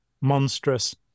monstrous